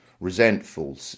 resentful